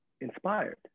inspired